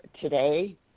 today